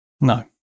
No